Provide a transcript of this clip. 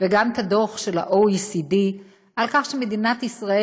וגם את הדוח של ה-OECD על כך שמדינת ישראל